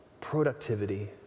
productivity